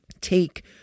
Take